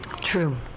True